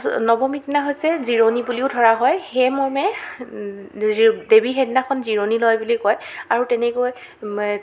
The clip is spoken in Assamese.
নৱমী দিনা হৈছে জিৰণি বুলিও ধৰা হয় সেই মৰ্মে দেৱী সেইদিনা জিৰণি লয় বুলি কয় আৰু তেনেকৈ